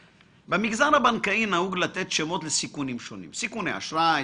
במגזר הבנקאי נהוג לתת שמות לסיכונים שונים - סיכוני אשראי,